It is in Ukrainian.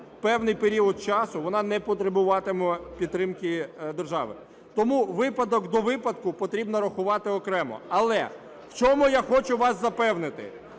певний період часу вона не потребуватиме підтримки держави. Тому випадок до випадку потрібно рахувати окремо. Але в чому я хочу вас запевнити,